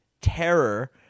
terror